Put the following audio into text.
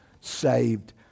saved